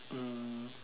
um